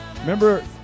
Remember